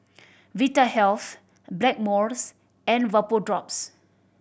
Vitahealth Blackmores and Vapodrops